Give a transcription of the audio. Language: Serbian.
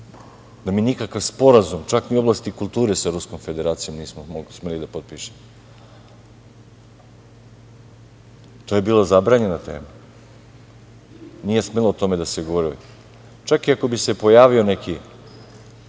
da mi nikakav sporazum čak ni u oblasti kulture sa Ruskom Federacijom nismo mogli da potpišemo? To je bila zabranjena tema. Nije smelo o tome da se govori. Čak i ako bi se pojavio neki